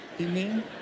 Amen